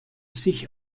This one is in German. sich